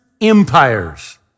empires